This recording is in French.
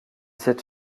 c’est